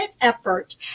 effort